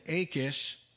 Achish